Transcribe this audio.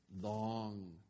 long